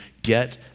get